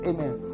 Amen